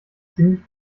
ziemlich